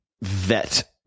vet